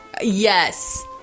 Yes